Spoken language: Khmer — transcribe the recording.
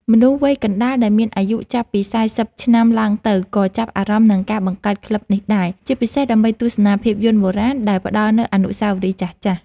មនុស្សវ័យកណ្ដាល ដែលមានអាយុចាប់ពី ៤០ ឆ្នាំឡើងទៅ ក៏ចាប់អារម្មណ៍នឹងការបង្កើតក្លឹបនេះដែរ ជាពិសេសដើម្បីទស្សនាភាពយន្តបុរាណដែលផ្ដល់នូវអនុស្សាវរីយ៍ចាស់ៗ។